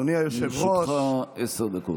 לרשותך עשר דקות.